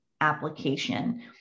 application